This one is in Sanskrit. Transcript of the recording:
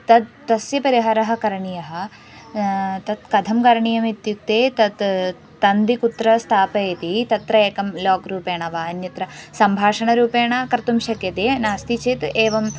तत् तस्य परिहारः करणीयः तत् कथं करणीयम् इत्युक्ते तत् तन्तुं कुत्र स्थापयन्ति तत्र एकं लाक् रूपेण वा अन्यत्र सम्भाषणरूपेण कर्तुं शक्यते नास्ति चेत् एवं